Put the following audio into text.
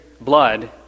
blood